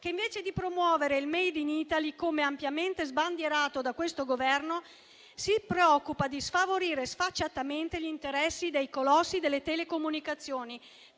che, invece di promuovere il *made in Italy*, come ampiamente sbandierato da questo Governo, si preoccupa di sfavorire sfacciatamente gli interessi dei colossi delle telecomunicazioni,